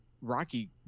Rocky